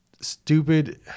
stupid